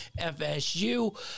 FSU